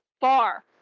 far